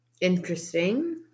Interesting